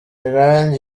irangi